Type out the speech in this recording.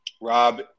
Rob